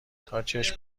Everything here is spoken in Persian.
تاچشم